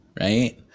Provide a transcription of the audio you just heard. right